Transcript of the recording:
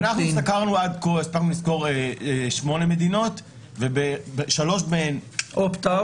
אנחנו הפסקנו לסקור עד כה שמונה מדינות ובשלוש מהן --- opt-out